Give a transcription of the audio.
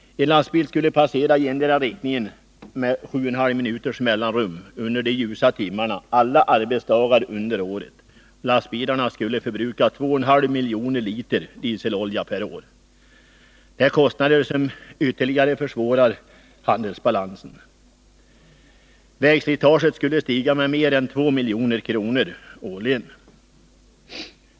En lastbil skulle passera i endera riktningen med 7 1 2 miljoner liter dieselolja per år. Det är kostnader som ytterligare försvårar handelsbalansen. Vägslitaget skulle stiga med mer än 2 milj.kr. årligen.